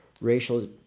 racial